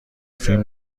فیلم